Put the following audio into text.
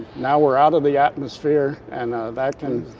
now we're out of the atmosphere, and that can